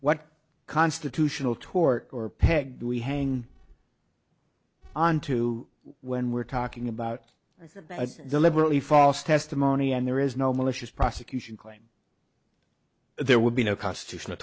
what constitutional tort or peg we hang on to when we're talking about deliberately false testimony and there is no malicious prosecution claim there would be no constitutional